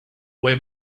way